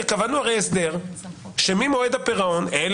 קבענו הסדר שממועד הפירעון אתם חוזרים לריבית שקלית,